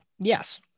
Yes